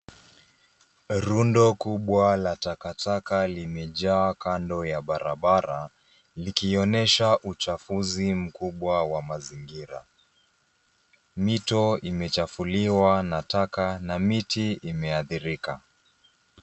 Rundo kubwa la takataka limejaa kando ya barabara, likionysha uchafuzi mkubwa wa mazingira. Mito imechafuliwa na taka na miti imeathirika.